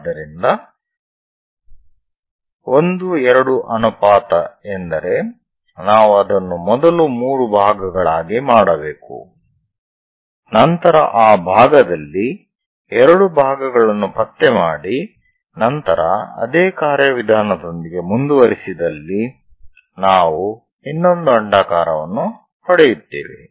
ಆದ್ದರಿಂದ 1 2 ಅನುಪಾತ ಎಂದರೆ ನಾವು ಅದನ್ನು ಮೊದಲು 3 ಭಾಗಗಳಾಗಿ ಮಾಡಬೇಕು ನಂತರ ಆ ಭಾಗದಲ್ಲಿ 2 ಭಾಗಗಳನ್ನು ಪತ್ತೆ ಮಾಡಿ ನಂತರ ಅದೇ ಕಾರ್ಯವಿಧಾನದೊಂದಿಗೆ ಮುಂದುವರಿಸಿದಲ್ಲಿ ನಾವು ಇನ್ನೊಂದು ಅಂಡಾಕಾರವನ್ನು ಪಡೆಯುತ್ತೇವೆ